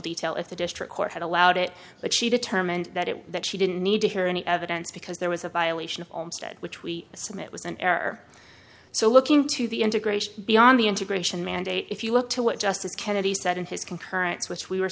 detail if the district court had allowed it but she determined that it that she didn't need to hear any evidence because there was a violation of which we assume it was an error so looking to the integration beyond the integration mandate if you will to what justice kennedy said in his concurrence which we were